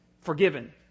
forgiven